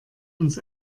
uns